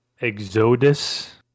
Exodus